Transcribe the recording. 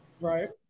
right